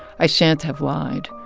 i shan't have lied.